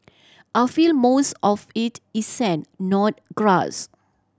I feel most of it is sand not grass